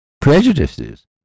prejudices